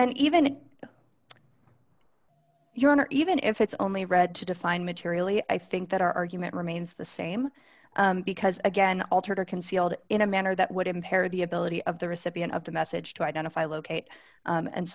and even if your honor even if it's only read to define materially i think that our argument remains the same because again altered or concealed in a manner that would impair the ability of the recipient of the message to identify locate